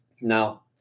Now